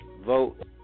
Vote